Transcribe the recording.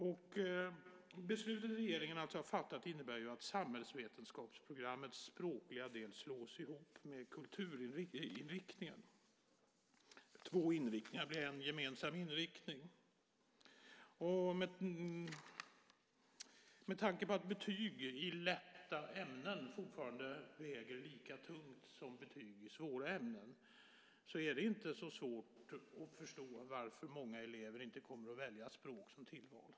Det beslut som regeringen har fattat innebär ju att samhällsvetenskapsprogrammets språkliga del slås ihop med kulturinriktningen; två inriktningar blir en gemensam inriktning. Med tanke på att betyg i lätta ämnen fortfarande väger lika tungt som betyg i svåra ämnen är det inte så svårt att förstå varför många elever inte kommer att välja språk som tillval.